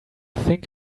think